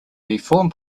reform